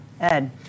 Ed